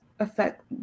affect